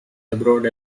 abroad